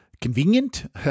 Convenient